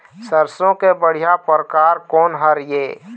सरसों के बढ़िया परकार कोन हर ये?